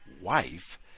wife